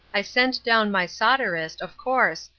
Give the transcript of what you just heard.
i send down my solderist, of course,